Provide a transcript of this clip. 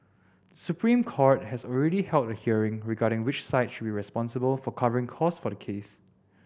The Supreme Court has already held a hearing regarding which side should be responsible for covering costs for the case